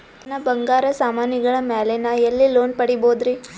ನನ್ನ ಬಂಗಾರ ಸಾಮಾನಿಗಳ ಮ್ಯಾಲೆ ನಾ ಎಲ್ಲಿ ಲೋನ್ ಪಡಿಬೋದರಿ?